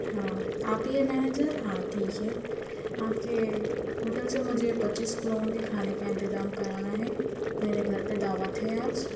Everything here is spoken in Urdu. ہاں آپ ہی ہیں منیجر ہاں ٹھیک ہے آپ کے ہوٹل سے مجھے پچیس کے لوگوں کے کھانے کا انتظام کرانا ہے میرے گھر پہ دعوت ہے آج